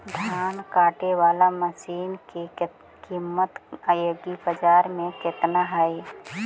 धान काटे बाला मशिन के किमत एग्रीबाजार मे कितना है?